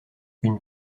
une